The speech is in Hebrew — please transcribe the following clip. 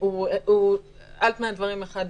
על פני הדברים הוא אחד ויחיד,